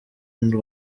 n’u